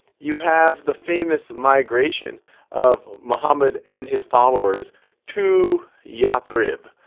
you have the famous migration of muhammed and his followers to yathrib.